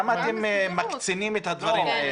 למה אתם מקצינים את הדברים האלה?